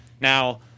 Now